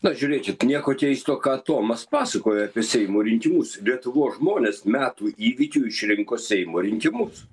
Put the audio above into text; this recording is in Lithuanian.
na žiūrėkit nieko keisto ką tomas pasakoja apie seimo rinkimus lietuvos žmonės metų įvykiu išrinko seimo rinkimus